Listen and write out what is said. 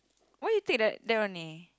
why you take that that only